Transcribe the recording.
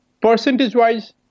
Percentage-wise